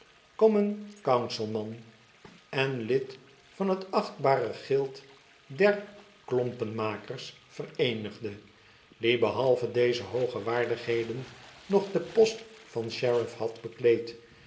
groot alderman common councilman en lid van het achtbare gild der klompenmakers vereenigde die behalve deze hooge waardigheden nog den post van sheriff had bekleed